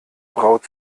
braut